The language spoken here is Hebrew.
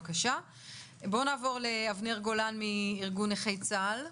אני מנהל בארגון נכי צה"ל.